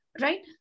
right